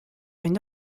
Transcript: une